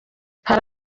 hari